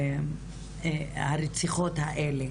והרציחות האלה.